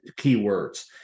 keywords